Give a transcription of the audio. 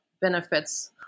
benefits